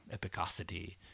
epicosity